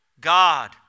God